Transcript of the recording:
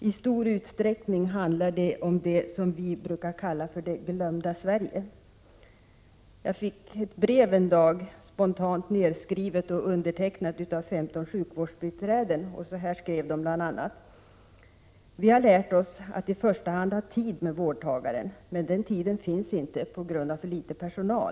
I stor utsträckning handlar det om det vi brukar kalla ”det glömda Sverige”. Jag fick ett brev en dag, spontant nedskrivet och undertecknat av 15 sjukvårdsbiträden. Så här skrev de bl.a.: ”Vi har lärt oss att i första hand ha tid med vårdtagaren. Men den tiden finns inte på grund av för lite personal.